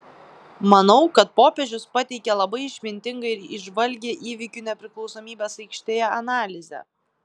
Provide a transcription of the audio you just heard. manau kad popiežius pateikė labai išmintingą ir įžvalgią įvykių nepriklausomybės aikštėje analizę